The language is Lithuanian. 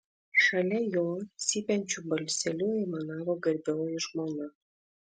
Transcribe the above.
šalia jo cypiančiu balseliu aimanavo garbioji žmona